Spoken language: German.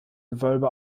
gewölbe